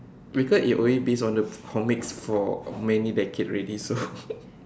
because it always based on the comics for many decades already so